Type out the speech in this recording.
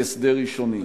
כהסדר ראשוני.